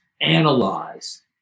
analyze